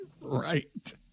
Right